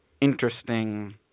interesting